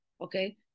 okay